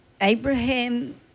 Abraham